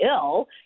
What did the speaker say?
ill